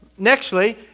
nextly